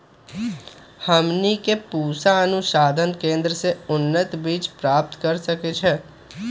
हमनी के पूसा अनुसंधान केंद्र से उन्नत बीज प्राप्त कर सकैछे?